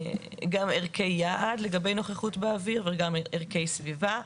ערכי יעד לגבי נוכחות באוויר וגם ערכי סביבה.